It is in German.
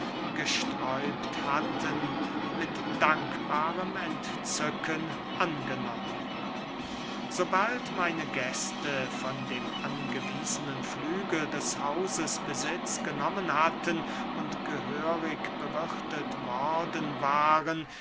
gesträubt hatten mit dankbarem entzücken angenommen sobald meine gäste von dem angewiesenen flügel des hauses besitz genommen hatten und gehörig bewirthet worden waren